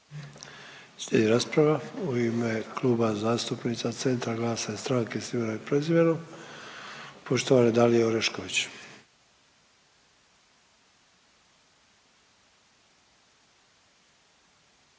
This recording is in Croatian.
Slijedi rasprava u ime Kluba zastupnica CENTRA, GLAS-a i Stranke sa imenom i prezimenom poštovane Dalije Orešković.